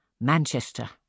Manchester